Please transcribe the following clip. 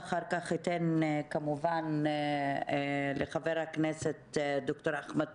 ואחר כך אתן כמובן לחבר הכנסת ד"ר אחמד